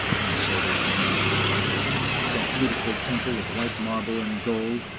and so they came to the temple that beautiful temple of white marble and gold,